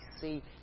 see